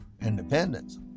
independence